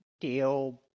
deal